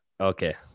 okay